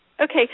okay